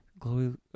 Glowy